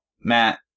Matt